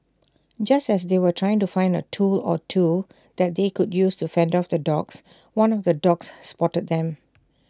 just as they were trying to find A tool or two that they could use to fend off the dogs one of the dogs spotted them